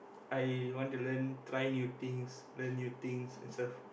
I want to learn try new things learn new things and stuff